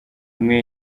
umwe